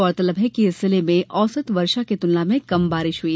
गौरतलब है कि इस जिले में औसत वर्षा की तुलना में कम वर्षा हुई